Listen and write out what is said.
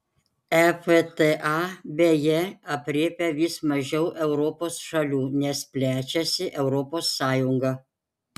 efta beje aprėpia vis mažiau europos šalių nes plečiasi europos sąjunga